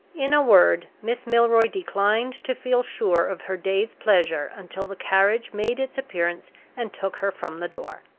in a word, miss milroy declined to feel sure of her day's pleasure until the carriage made its appearance and took her from the door.